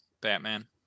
Batman